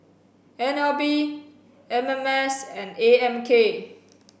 N L B M M S and A M K